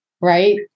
right